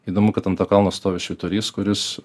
įdomu kad ant to kalno stovi švyturys kuris